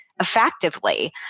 effectively